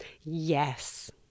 Yes